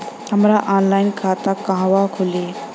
हमार ऑनलाइन खाता कहवा खुली?